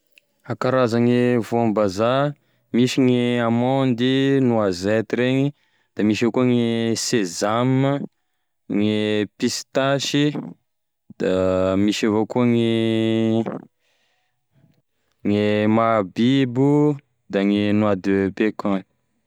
Karazane voambazaha misy gne amandy, noisette reny, da misy avao koa gne sesame gne pistachy da misy avao koa ny gne mahabibo da gne noix de pecan.